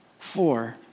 Four